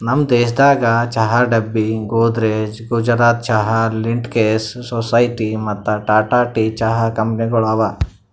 ನಮ್ ದೇಶದಾಗ್ ಚಹಾ ಡಬ್ಬಿ, ಗೋದ್ರೇಜ್, ಗುಜರಾತ್ ಚಹಾ, ಲಿಂಟೆಕ್ಸ್, ಸೊಸೈಟಿ ಮತ್ತ ಟಾಟಾ ಟೀ ಚಹಾ ಕಂಪನಿಗೊಳ್ ಅವಾ